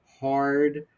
hard